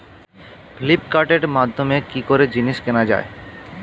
ফ্লিপকার্টের মাধ্যমে কি করে জিনিস কেনা যায়?